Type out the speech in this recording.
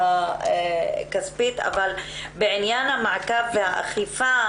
עוד עניין קטן